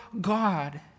God